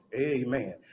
Amen